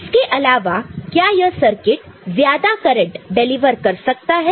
इसके अलावा क्या यह सर्किट circuit ज्यादा करंट डिलीवर कर सकता है